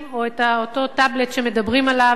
או את אותו טאבלט שמדברים עליו,